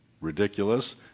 ridiculous